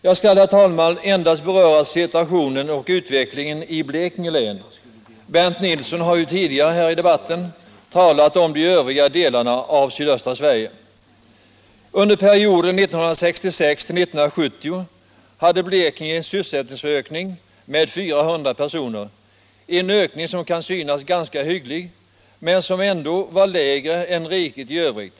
Jag skall, herr talman, endast beröra situationen och utvecklingen i Blekinge län. Bernt Nilsson har tidigare här i debatten talat om de övriga delarna av sydöstra Sverige. Under perioden 1966-1970 hade Blekinge en sysselsättningsökning med 400 personer, en ökning som kan synas ganska hygglig men som ändå var lägre än för riket i övrigt.